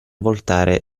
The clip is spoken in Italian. voltare